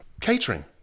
Catering